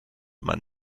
man